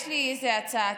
יש לי איזו הצעה,